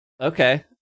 Okay